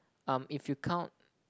um if you count